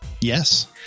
Yes